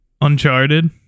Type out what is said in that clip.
Uncharted